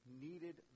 needed